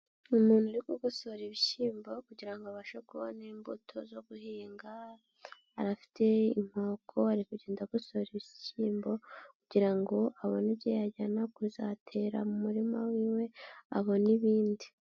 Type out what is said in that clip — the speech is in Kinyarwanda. Umuntu uri kugosora ibishyimbo kugira abashe kubona'imbuto zo guhinga, arafite inkoko ari kugenda agosora ibishyimbo kugira ngo abone ibyo yajyana kuzatera mu muririma wiwe abone ibindi.